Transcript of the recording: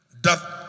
doth